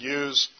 use